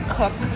cook